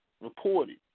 reported